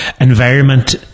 environment